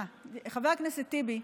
חבר הכנסת טיבי,